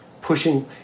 pushing